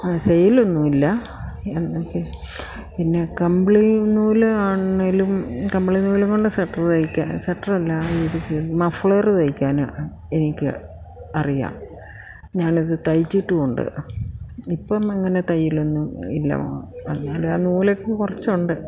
സെയിലൊന്നും ഇല്ല പിന്നെ കമ്പിളി നൂൽ ആണെങ്കിലും കമ്പിളി നൂലുകൊണ്ട് സ്വെറ്ററ് തയ്ക്കാൻ സ്വെറ്ററല്ല ഇത് മഫ്ളറ് തയ്ക്കാൻ എനിക്ക് അറിയാം ഞാനിത് തൈച്ചിട്ടും ഉണ്ട് ഇപ്പം അങ്ങനെ തയ്യിലൊന്നും ഇല്ല എന്നാൽ ആ നൂലൊക്കെ കുറച്ചുണ്ട്